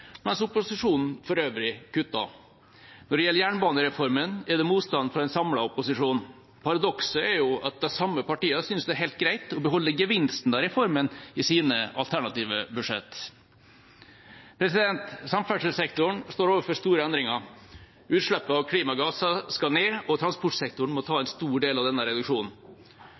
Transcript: mens opposisjonen for øvrig kutter. Når det gjelder jernbanereformen, er det motstand fra en samlet opposisjon. Paradokset er at de samme partiene synes det er helt greit å beholde gevinsten av reformen i sine alternative budsjett. Samferdselssektoren står overfor store endringer. Utslippene av klimagasser skal ned. Transportsektoren må ta en stor del av denne reduksjonen.